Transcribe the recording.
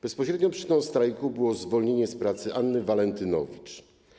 Bezpośrednią przyczyną strajku było zwolnienie z pracy Anny Walentynowicz.